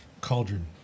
cauldron